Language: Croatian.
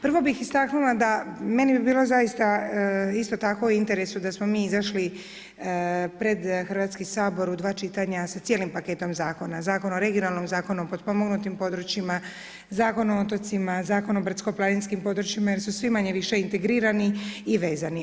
Prvo bih istaknula da, meni bi bilo zaista isto tako u interesu da smo mi izašli pred Hrvatski sabor u dva čitanja sa cijelim paketom zakona, Zakon o regionalnom, Zakon o potpomognutim područjima, Zakon o otocima, Zakon o brdsko-planinskim područjima jer su svi manje-više integrirani i vezani.